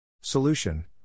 Solution